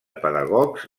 pedagogs